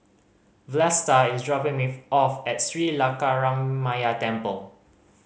Vlasta is dropping me off at Sri Lankaramaya Temple